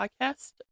Podcast